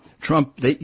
Trump